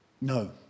No